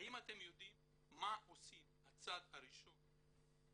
האם אתם יודעים מה הצעד הראשון שעושה